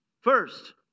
First